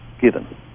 given